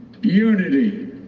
unity